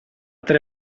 tre